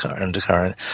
undercurrent